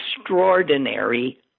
extraordinary